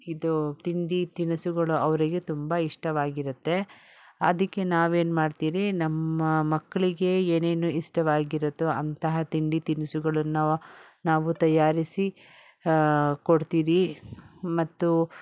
ಇದು ತಿಂಡಿ ತಿನಿಸುಗಳು ಅವರಿಗೆ ತುಂಬ ಇಷ್ಟವಾಗಿರುತ್ತೆ ಅದಕ್ಕೆ ನಾವೇನು ಮಾಡ್ತೀರಿ ನಮ್ಮ ಮಕ್ಳಿಗೆ ಏನೇನು ಇಷ್ಟವಾಗಿರುತ್ತೊ ಅಂತಹ ತಿಂಡಿ ತಿನಿಸುಗಳನ್ನು ನಾವು ತಯಾರಿಸಿ ಕೊಡ್ತೀರಿ ಮತ್ತು